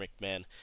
McMahon